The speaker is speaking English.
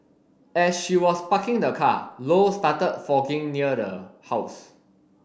as she was parking the car low started fogging near the house